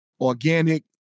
organic